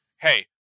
Hey